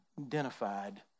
identified